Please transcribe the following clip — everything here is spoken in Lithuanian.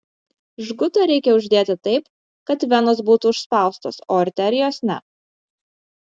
žgutą reikia uždėti taip kad venos būtų užspaustos o arterijos ne